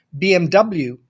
BMW